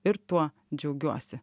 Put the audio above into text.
ir tuo džiaugiuosi